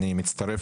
אני מצטרף